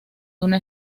una